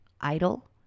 Idle